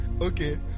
Okay